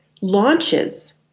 launches